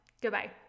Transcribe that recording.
Goodbye